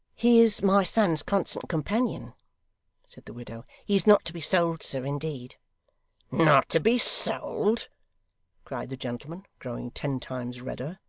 he is my son's constant companion said the widow. he is not to be sold, sir, indeed not to be sold cried the gentleman, growing ten times redder,